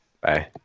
bye